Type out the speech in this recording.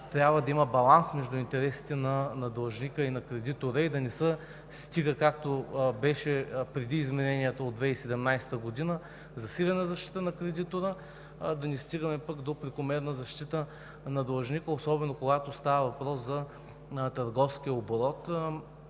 трябва да има баланс между интересите на длъжника и на кредитора и да не се стига, както беше преди измененията от 2017 г. – до засилена защита на кредитора, но и да не стигаме до прекомерна защита на длъжника, особено когато става въпрос за търговския оборот.